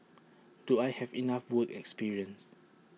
do I have enough work experience